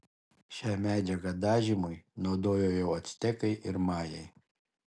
šią medžiagą dažymui naudojo jau actekai ir majai